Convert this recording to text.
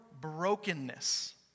brokenness